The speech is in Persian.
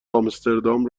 آمستردام